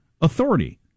authority